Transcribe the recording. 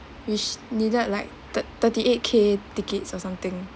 which needed like thirt~ thirty eight K tickets or something